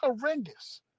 horrendous